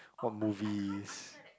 what movies